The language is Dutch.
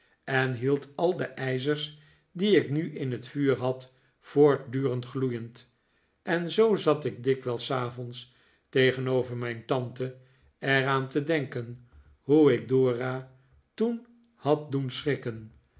en hield al de ijzers die ik nu in het vuur had voortdurend gloeiend en zoo zat ik dikwijls s avonds tegenover mijn tante er aan te denken hoe ik dora toen had doen schrikken